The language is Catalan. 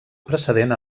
precedent